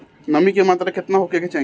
नमी के मात्रा केतना होखे के चाही?